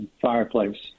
fireplace